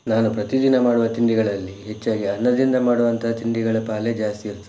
ನಾನು ಪ್ರತಿದಿನ ಮಾಡುವ ತಿಂಡಿಗಳಲ್ಲಿ ಹೆಚ್ಚಾಗಿ ಅನ್ನದಿಂದ ಮಾಡುವಂಥ ತಿಂಡಿಗಳ ಪಾಲೇ ಜಾಸ್ತಿ ಇರ್ತದೆ